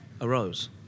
arose